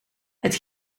het